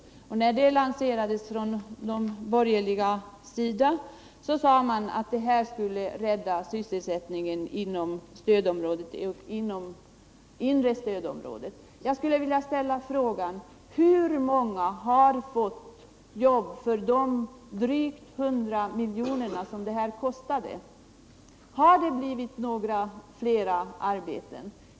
När den åtgärden lanserades från borgerlig sida sade man att det skulle rädda sysselsättningen inom det inre stödområdet. Jag skulle vilja ställa frågan: Hur många har fått jobb för de drygt 100 miljoner som sänkningen kostade? Har det blivit flera arbetstillfällen?